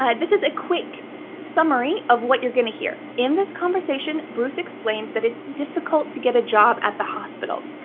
and this is a quick summary of what you're gonna hear. in this conversation bruce explains that it's difficult to get a job at the hospital.